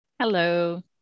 Hello